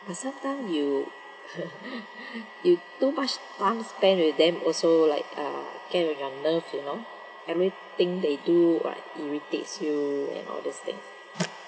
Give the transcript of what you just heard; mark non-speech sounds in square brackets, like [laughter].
but sometime you [laughs] you too much time spend with them also like uh can be unloved you know everything they do right irritates you and all these thing [noise]